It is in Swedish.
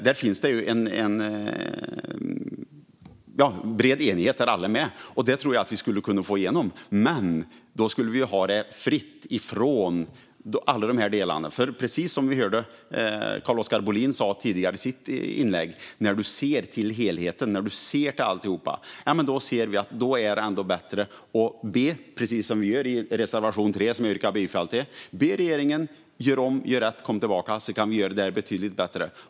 Där finns det en bred enighet, och det tror jag att vi skulle kunna få igenom. Men då skulle det vara fritt från alla dessa delar. Precis som vi tidigare hörde Carl-Oskar Bohlin säga i sitt inlägg: När vi ser till helheten och till allting, då ser vi att det ändå är bättre att be regeringen - vilket vi gör i reservation 3, som jag yrkar bifall till - att göra om och göra rätt och komma tillbaka så att vi kan göra detta betydligt bättre.